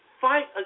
fight